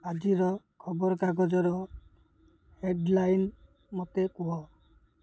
ଆଜିର ଖବରକାଗଜର ହେର୍ଡ଼ଲାଇନ୍ ମୋତେ କୁହ